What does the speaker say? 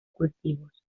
cultivos